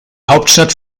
hauptstadt